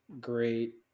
great